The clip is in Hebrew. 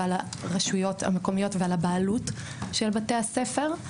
על הרשויות המקומיות ועל הבעלות של בתי הספר.